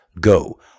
Go